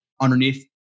underneath